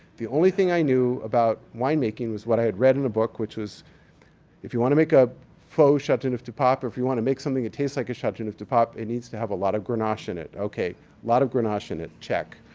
the only thing i knew about winemaking was what i had read in a book, which was if you wanna make a faux chateauneuf du pape, or if you wanna make something that tastes like a chateauneuf du pape, it needs to have a lot of grenache in it. ok. a lot of grenache in it. check.